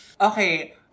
okay